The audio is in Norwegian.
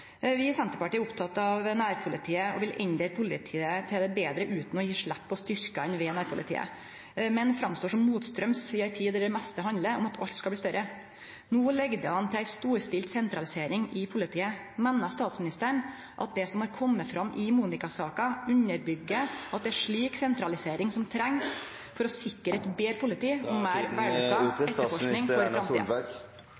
vil inndele politiet til det betre utan å gje slepp på styrkane ved nærpolitiet – men står fram som motstraums i ei tid då det meste handlar om at alt skal bli større. No ligg det an til ei storstilt sentralisering i politiet. Meiner statsministeren at det som har kome fram i Monika-saka, underbyggjer at det er ei slik sentralisering ein treng for å sikre eit betre politi og